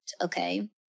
okay